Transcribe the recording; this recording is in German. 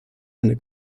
eine